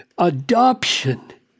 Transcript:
adoption